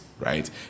Right